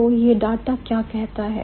तो यह डाटा क्या कहता है